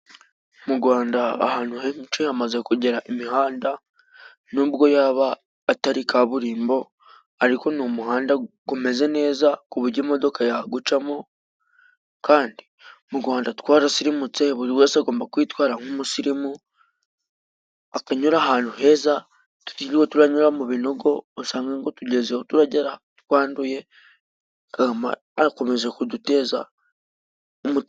Mu Rwanda, ahantu henshi hamaze kugera imihanda,. Nubwo yaba atari kaburimbo, ariko ni umuhanda umeze neza, ku buryo imodoka yawucamo. Kandi mu Rwanda, twarasirimutse, buri wese agomba kwitwara nk'umusirimu, akanyura ahantu heza , tutiriwe turanyura mu binogo, usange ngo tugeze iyo tujya twanduye. Kagame akomeje kuduteza umu ...